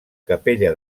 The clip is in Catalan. capella